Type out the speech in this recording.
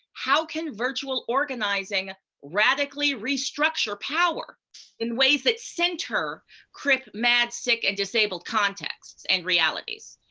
how can virtual organizing radically restructure power in ways that center crip, mad, sick, and disabled contexts and realities?